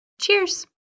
Cheers